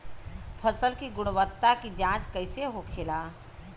फसल की गुणवत्ता की जांच कैसे होखेला?